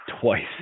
twice